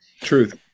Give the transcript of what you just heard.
Truth